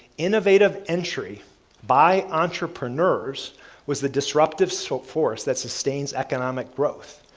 innovative entry by entrepreneurs was the disruptive so force that sustains economic growth.